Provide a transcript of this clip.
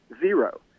zero